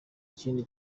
kindi